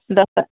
দহটা